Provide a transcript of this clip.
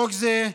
חוק זה,